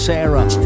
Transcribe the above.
Sarah